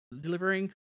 delivering